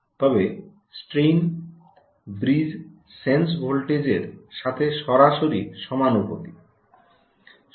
তবে স্ট্রেনটি bridge sense ভোল্টেজের সাথে সরাসরি সমানুপাতিক